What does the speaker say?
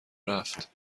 رفت